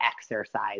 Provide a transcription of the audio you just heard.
exercise